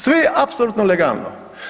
Sve je apsolutno legalno.